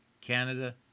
Canada